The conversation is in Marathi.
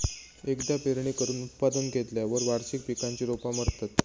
एकदा पेरणी करून उत्पादन घेतल्यार वार्षिक पिकांची रोपा मरतत